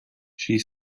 she